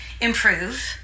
improve